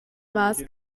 maß